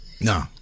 No